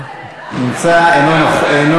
אינו